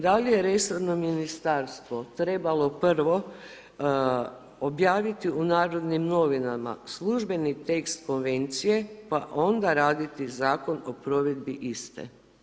Da li je resorno ministarstvo trebalo prvo objaviti u Narodnim novinama službeni tekst Konvencije pa onda raditi zakon o provedbi iste.